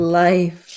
life